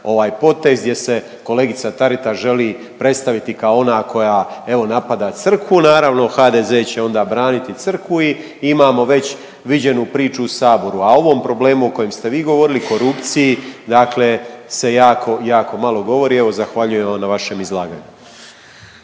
jedan potez jer se kolegica Taritaš želi predstaviti kao ona koja evo napada crkvu. Naravno HDZ će onda braniti crkvu i imamo već viđenu priču u Saboru, a o ovom problemu o kojem ste vi govorili korupciji, dakle se jako malo govori. Evo zahvaljujem vam na vašem izlaganju.